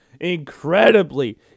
incredibly